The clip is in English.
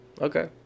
Okay